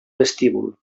vestíbul